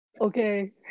okay